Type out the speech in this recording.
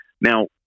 Now